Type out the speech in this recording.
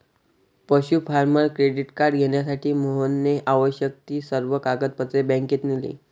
पशु farmer credit card घेण्यासाठी मोहनने आवश्यक ती सर्व कागदपत्रे बँकेत नेली